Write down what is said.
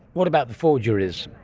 what about the forgeries?